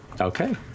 Okay